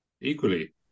Equally